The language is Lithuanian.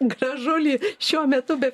gražulį šiuo metu be